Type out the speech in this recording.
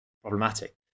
problematic